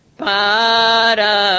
para